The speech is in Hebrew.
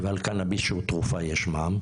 ועל קנביס שהוא תרופה יש מע"מ?